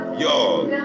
Y'all